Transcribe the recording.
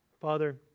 Father